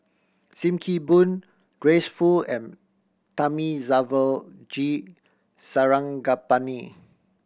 Sim Kee Boon Grace Fu and Thamizhavel G Sarangapani